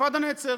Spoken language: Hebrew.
האינתיפאדה נעצרת.